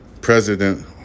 president